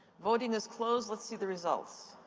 voting is closed. let's see the results.